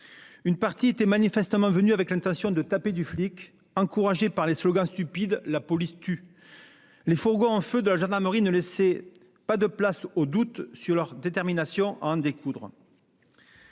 Certains étaient manifestement venus dans l'intention de « taper du flic », encouragés par des slogans stupides comme « la police tue ». Les fourgons en feu de la gendarmerie ne laissaient pas de place au doute quant à leur détermination à en découdre.